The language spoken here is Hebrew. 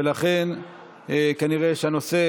וכנראה שהנושא,